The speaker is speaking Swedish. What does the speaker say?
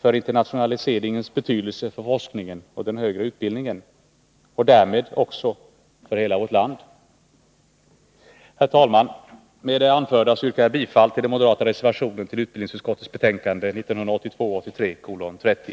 för internationaliseringens betydelse för forskningen och den högre utbildningen och därmed också för hela vårt land. Herr talman! Med det anförda yrkar jag bifall till den moderata reservationen till utbildningsutskottets betänkande 1982/83:30.